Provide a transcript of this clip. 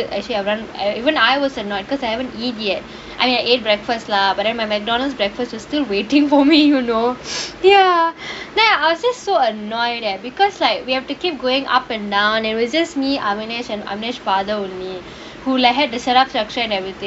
actually everyone even I was annoyed because I haven't eat yet I ate breakfast lah but my McDonald's breakfast was still waiting for me you know ya then I was just so annoyed eh because like we have to keep going up and down and it was just me ahvanesh and amash father only who had to set up structure and everything